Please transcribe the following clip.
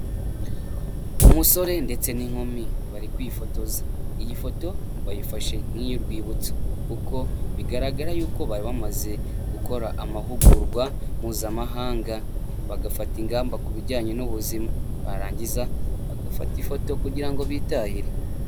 Umusore ndetse n'inkumi bari kwifotoza, iyi foto bayifashe nk'iyurwibutso kuko bigaragara y'uko bari bamaze gukora amahugurwa mpuzamahanga, bagafata ingamba ku bijyanye n'ubuzima barangiza bagafata ifoto kugira ngo bitahire.